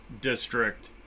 District